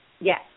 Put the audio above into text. Yes